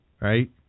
right